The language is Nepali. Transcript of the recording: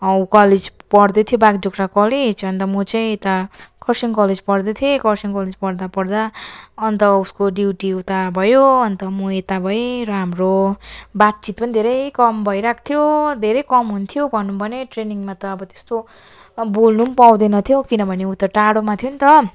अँ ऊ कलेज पढ्दै थियो बागडोग्रा कलेज अन्त म चाहिँ यता खरसाङ कलेज पढ्दै थिएँ खरसाङ कलेज पढ्दा पढ्दा अन्त उसको ड्युटी उता भयो अन्त म यता भएँ र हाम्रो बातचित पनि धेरै कम भइरहेको थियो धेरै कम हुन्थ्यो भनौँ भने ट्रेनिङमा त अब त्यस्तो बोल्नु पनि पाउँदैन थियो किनभने ऊ त टाढोमा थियो नि त